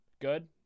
Good